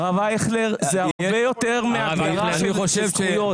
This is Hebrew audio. הרב אייכלר, זה הרבה יותר מהגדרה של זכויות.